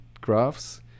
graphs